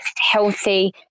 healthy